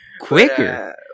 Quicker